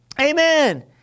Amen